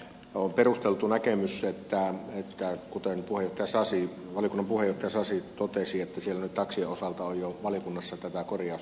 on perusteltu näkemys kuten valiokunnan puheenjohtaja sasi totesi että siellä taksien osalta on jo valiokunnassa tätä korjausta tehty